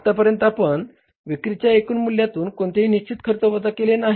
आतापर्यंत आपण विक्रीच्या एकूण मूल्यातुन कोणतेही निश्चित खर्च वजा केलेले नाही